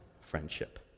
friendship